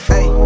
Hey